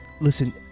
Listen